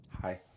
Hi